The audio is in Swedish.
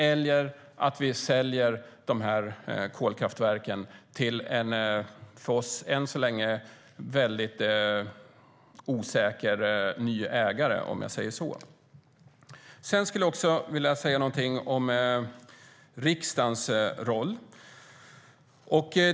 Eller är det bättre att man säljer kolkraftverken till en för oss än så länge väldigt osäker ny ägare? Sedan vill jag också säga någonting om riksdagens roll.